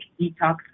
detox